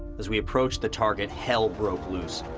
as we approached the target, hell broke loose.